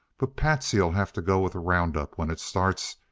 but patsy'll have to go with the round-up when it starts,